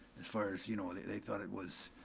as far as, you know, they they thought it was,